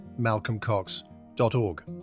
malcolmcox.org